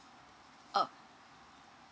uh